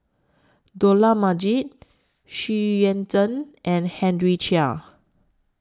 Dollah Majid Xu Yuan Zhen and Henry Chia